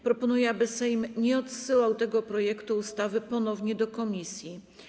Proponuję, aby Sejm nie odsyłał tego projektu ustawy ponownie do komisji.